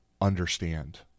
understand